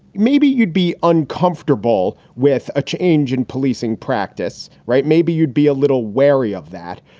maybe you'd be uncomfortable with a change in policing practice. right. maybe you'd be a little wary of that.